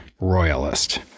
royalist